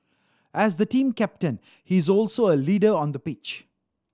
as the team captain he is also a leader on the pitch